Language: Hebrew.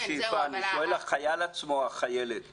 החייל או החיילת עצמם,